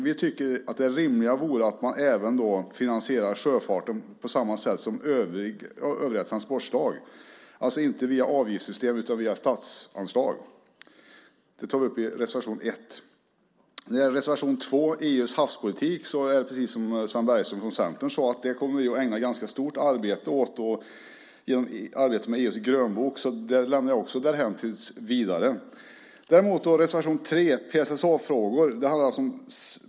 Vi tycker att det rimliga vore att man finansierar sjöfarten på samma sätt som övriga transportslag, alltså inte via avgiftssystem utan via statsansvar. Det tar vi upp i reservation 1. När det gäller reservation 2, om EU:s havspolitik, är det precis som Sven Bergström från Centern sade, att vi kommer att ägna ett ganska stort arbete åt det. Frågan om arbetet med EU:s grönbok lämnar jag också därhän tills vidare. Reservation 3 gäller PSSA-frågor.